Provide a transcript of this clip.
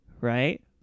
Right